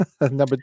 number